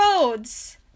roads